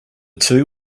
two